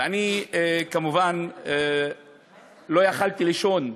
ואני כמובן לא יכולתי לישון,